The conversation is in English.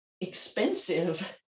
expensive